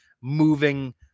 moving